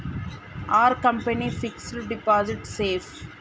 Are company fixed deposit safe?